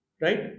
right